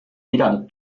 pidanud